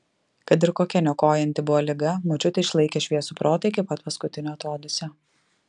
kad ir kokia niokojanti buvo liga močiutė išlaikė šviesų protą iki pat paskutinio atodūsio